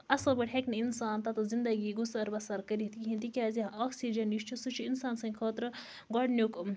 اصٕل پٲٹھۍ ہیٚکہِ نہٕ اِنسان تتَھس زندَگی گُسَر بَسَر کٔرِتھ کِہیٖنۍ تکیاز آکسیٖجَن یُس چھُ سُہ چھُ اِنسان سٕنٛد خٲطرٕ گۄڈٕنیُک